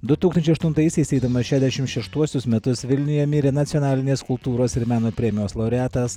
du tūkstančiai aštuntaisiais eidamas šedešim šeštuosius metus vilniuje mirė nacionalinės kultūros ir meno premijos laureatas